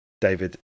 David